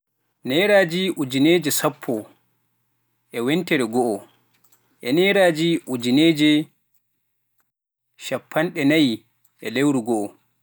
Nayraaji ujuneeje sappo e wintere go'o e nayraaji ujuneeje cappanɗe nayi e lewru go'o.